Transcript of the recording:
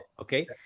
okay